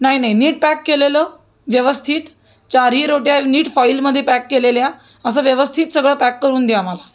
नाही नाही नीट पॅक केलेलं व्यवस्थित चारही रोट्या नीट फॉईलमध्ये पॅक केलेल्या असं व्यवस्थित सगळं पॅक करून द्या मला